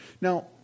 Now